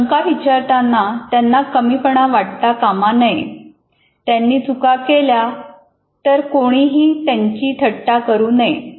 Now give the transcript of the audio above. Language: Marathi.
शंका विचारताना त्यांना कमीपणा वाटता कामा नये त्यांनी चुका केल्या तर कोणीही त्यांची थट्टा करू नये